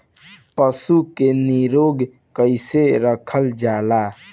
पशु के निरोग कईसे रखल जाला?